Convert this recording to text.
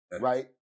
right